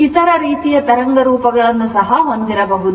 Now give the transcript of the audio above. ಅಂತೆಯೇ ಇತರ ರೀತಿಯ ತರಂಗ ರೂಪಗಳನ್ನು ಹೊಂದಿರಬಹುದು